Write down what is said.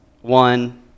One